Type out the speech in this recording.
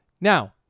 Now